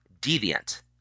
Deviant